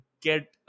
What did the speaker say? get